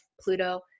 Pluto